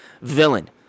villain